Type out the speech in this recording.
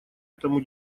этому